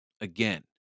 Again